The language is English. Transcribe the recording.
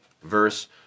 verse